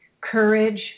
courage